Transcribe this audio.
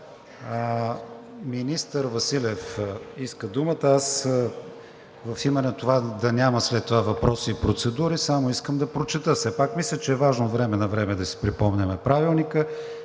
Министър Василев иска думата. Аз в името на това да няма после въпроси и процедури само искам да прочета, все пак мисля, че е важно от време на време да си припомняме Правилника